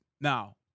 Now